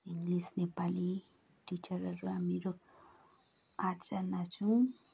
English Nepali टिचरहरू हामीहरू आठजना छौँ